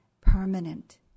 permanent